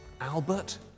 Albert